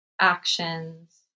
actions